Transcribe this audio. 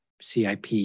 CIP